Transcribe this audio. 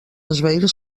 esvair